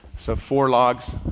so four logs,